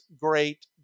great